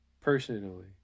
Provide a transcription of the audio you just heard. Personally